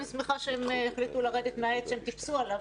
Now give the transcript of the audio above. אני שמחה שהם החליטו לרדת מהעץ שהם טיפסו עליו,